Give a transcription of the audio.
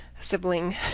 sibling